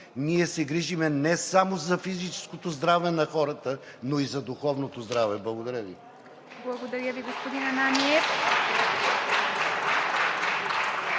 Ние се грижим не само за физическото здраве на хората, но и за духовното здраве. Благодаря Ви.